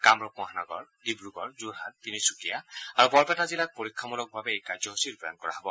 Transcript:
কামৰূপ মহানগৰ ডিব্ৰুগড় যোৰহাট তিনিচুকীয়া আৰু বৰপেটা জিলাত পৰীক্ষামূলকভাৱে এই কাৰ্যসূচী ৰূপায়ণ কৰা হ'ব